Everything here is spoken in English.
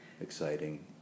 exciting